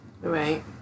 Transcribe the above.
right